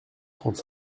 trente